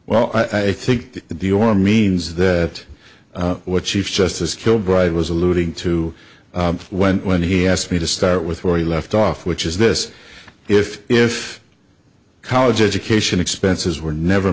well i think that the or means that what chief justice kilbride was alluding to when when he asked me to start with where he left off which is this if if college education expenses were never